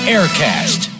Aircast